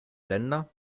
länder